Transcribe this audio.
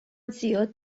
زیاد